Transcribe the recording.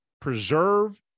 preserve